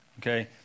Okay